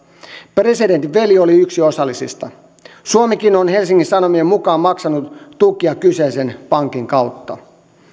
presidentin veli oli yksi osallisista suomikin on helsingin sanomien mukaan maksanut tukia kyseisen pankin kautta